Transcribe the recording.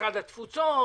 משרד התפוצות